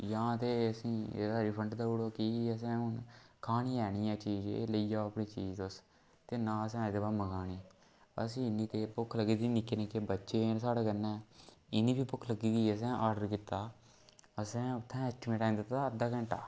जां ते असें गी एहदा रिफंड देई उड़ो कि असें हून खानी ऐ नी ऐ चीज़ एह् लेई जाओ अपनी चीज़ तुस ते नां असें अज्ज दे बाद मंगानी असें इन्नी तेज़ भुक्ख लग्गी दी ही निक्के निक्के बच्चें न साढ़े कन्नै इ'नेंगी बी भुक्ख लग्गी दी असें ऑडर कीता असें उत्थै ऐस्टीमेट टैम दित्ता हा अद्धा घैंटा